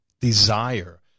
desire